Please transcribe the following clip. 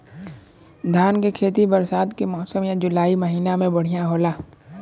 धान के खेती बरसात के मौसम या जुलाई महीना में बढ़ियां होला?